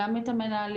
גם את המנהלים,